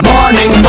Morning